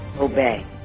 obey